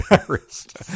embarrassed